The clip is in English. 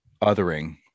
othering